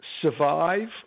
survive